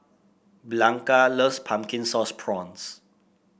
Blanca loves Pumpkin Sauce Prawns